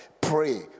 Pray